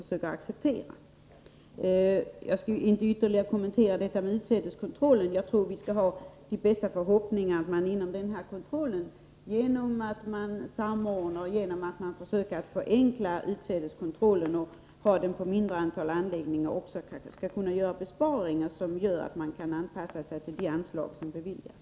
Jag skall inte ytterligare kommentera detta med utsädeskontrollen. Vi skall ha de bästa förhoppningar om att man inom denna kontroll, genom att samordna, försöka förenkla utsädeskontrollen och ha den på ett mindre antal ' anläggningar, skall kunna göra besparingar som innebär att man kan anpassa sig till det anslag som beviljas.